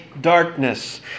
darkness